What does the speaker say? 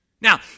Now